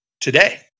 today